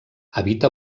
habita